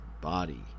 body